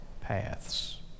paths